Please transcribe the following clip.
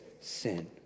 sin